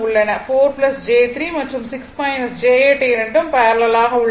4 j 3 மற்றும் 6 j 8 இரண்டும் parallel ஆக உள்ளன